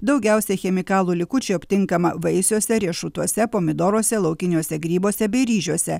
daugiausiai chemikalų likučių aptinkama vaisiuose riešutuose pomidoruose laukiniuose grybuose bei ryžiuose